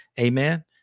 Amen